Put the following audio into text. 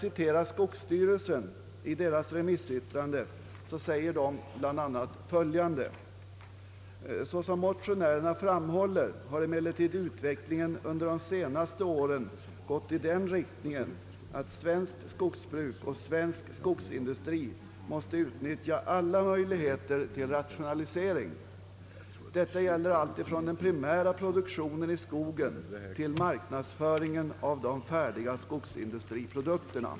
I skogsstyrelsens remissyttrande sägs det bl.a.: »Såsom motionärerna framhåller har emellertid utvecklingen under de senaste åren gått i den riktningen, att svenskt skogsbruk och svensk skogsindustri måste utnyttja alla möjligheter till rationalisering. Detta gäller alltifrån den primära produktionen i skogen till marknadsföringen av de färdiga skogsindustriprodukterna.